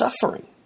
suffering